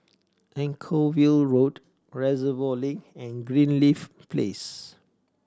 Anchorvale Road Reservoir Link and Greenleaf Place